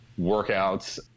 workouts